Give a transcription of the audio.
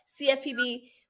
CFPB